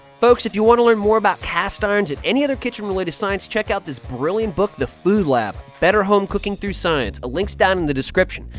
folks, if you want to learn more on cast irons and any other kitchen related science, check out this brilliant book the food lab better home cooking through science, a link's down in the description.